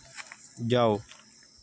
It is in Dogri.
जाओ